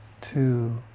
two